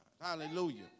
Hallelujah